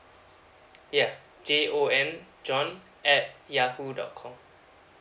yeuh J O N jon at yahoo dot com